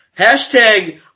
Hashtag